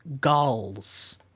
Gulls